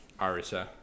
Arisa